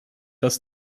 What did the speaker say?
das